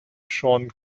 john